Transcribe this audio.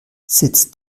sitz